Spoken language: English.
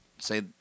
Say